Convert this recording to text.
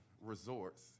resorts